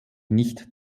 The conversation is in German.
nicht